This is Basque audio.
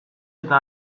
eta